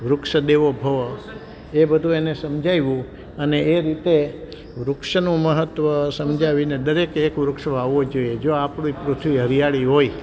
વૃક્ષ દેવો ભવ એ બધું એને સમજાવ્યું અને એ રીતે વૃક્ષનું મહત્વ સમજાવીને દરેકે એક વૃક્ષ વાવવું જોઈએ જો આપણી પૃથ્વી હરિયાળી હોય